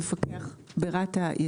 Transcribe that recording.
מפקח ברת"א רשות התעופה האזרחית,